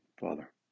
Father